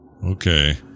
Okay